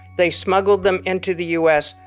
they smuggled them into the u s,